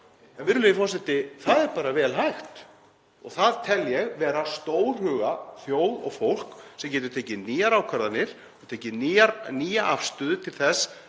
á einhverjum tímapunkti í. En það er bara vel hægt og það tel ég vera stórhuga þjóð og fólk sem getur tekið nýjar ákvarðanir og tekið nýja afstöðu til þess